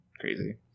crazy